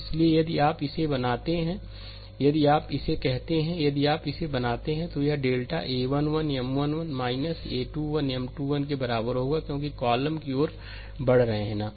इसलिए यदि आप इसे बनाते हैं यदि आप इसे कहते हैं यदि आप इसे बनाते हैं तो यह delta a 1 1 M 1 1 a 21 M 21 के बराबर होगा क्योंकि कॉलम की ओर बढ़ रहे हैं है ना